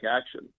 action